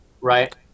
Right